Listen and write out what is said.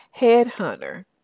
headhunter